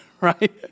Right